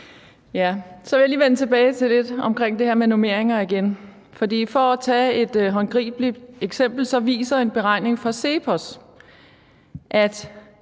Så vil jeg lige vende tilbage til det med normeringer igen. For at tage et håndgribeligt eksempel viser en beregning fra CEPOS, at